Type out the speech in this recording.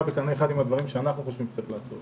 בקנה אחד עם הדברים שאנחנו חושבים שצריך לעשות